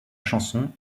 chanson